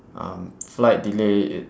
um flight delay it